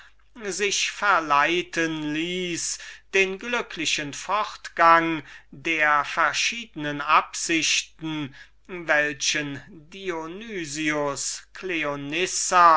sich verleiten ließ den glücklichen fortgang der verschiedenen absichten welchen dionys